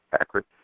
accurate